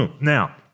Now